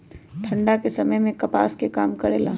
ठंडा के समय मे कपास का काम करेला?